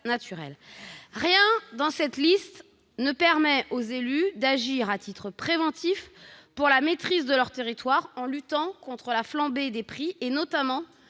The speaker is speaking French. naturels. Rien dans cette liste ne permet aux élus d'agir à titre préventif pour la maîtrise de leur territoire en luttant contre la flambée des prix et, notamment,